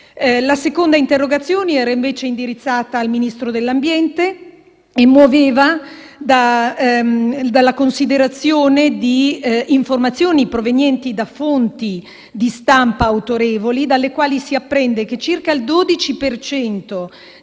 La seconda interrogazione era invece indirizzata al Ministro dell'ambiente e muoveva dalla considerazione di informazioni provenienti da fonti di stampa autorevoli dalle quali si apprende che circa il 12